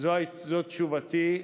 זו תשובתי.